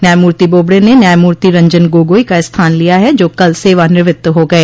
न्यायमूर्ति बोबडे ने न्यायमूर्ति रंजन गोगोई का स्थान लिया है जो कल सेवानिवृत्त हो गए